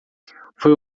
foi